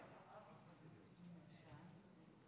בבקשה.